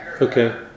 okay